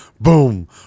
boom